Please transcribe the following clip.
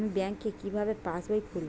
আমি ব্যাঙ্ক কিভাবে পাশবই খুলব?